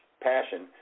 passion